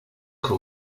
call